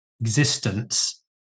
existence